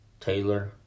Taylor